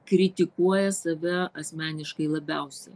kritikuoja save asmeniškai labiausiai